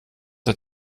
der